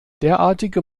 derartige